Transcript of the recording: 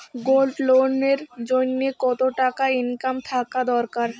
Gold loan এর জইন্যে কতো টাকা ইনকাম থাকা দরকার?